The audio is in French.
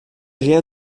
rien